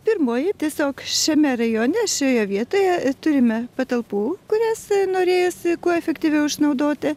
pirmoji tiesiog šiame rajone šioje vietoje turime patalpų kurias norėjosi kuo efektyviau išnaudoti